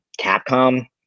Capcom